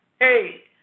Hey